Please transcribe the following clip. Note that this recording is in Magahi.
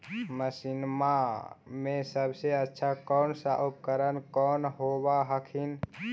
मसिनमा मे सबसे अच्छा कौन सा उपकरण कौन होब हखिन?